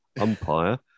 Umpire